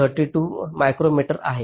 32 micrometre आहे